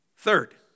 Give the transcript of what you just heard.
Third